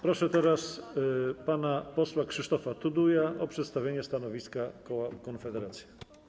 Proszę teraz pana posła Krzysztofa Tuduja o przedstawienie stanowiska koła Konfederacja.